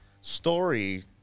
story